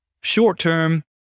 Short-term